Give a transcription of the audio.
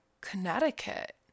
Connecticut